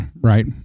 right